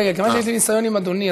כיוון שיש לי ניסיון עם אדוני,